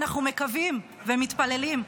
אנחנו מקווים ומתפללים,